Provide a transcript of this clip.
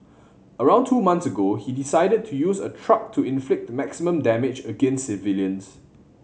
around two months ago he decided to use a truck to inflict maximum damage against civilians